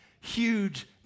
huge